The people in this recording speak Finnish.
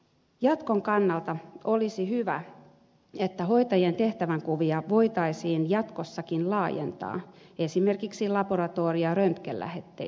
jatkon kannalta olisi hyvä että hoitajien tehtävänkuvia voitaisiin jatkossakin laajentaa esimerkiksi laboratorio ja röntgenlähetteisiin